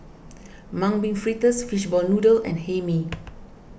Mung Bean Fritters Fishball Noodle and Hae Mee